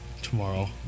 tomorrow